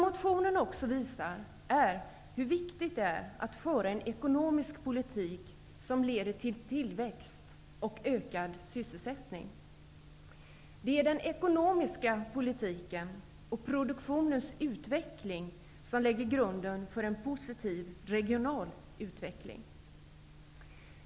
Motionerna visar också hur viktigt det är att föra en ekonomisk politik som leder till tillväxt och ökad sysselsättning. Det är den ekonomiska politiken och produktionens utveckling som lägger grunden för en positiv regional utveckling.